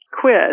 quiz